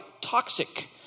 toxic